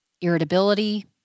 irritability